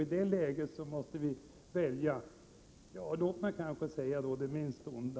I det läget måste vi välja, och då det minst onda.